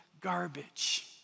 garbage